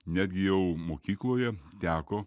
netgi jau mokykloje teko